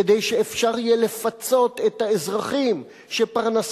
כדי שיהיה אפשר לפצות את האזרחים שפרנסתם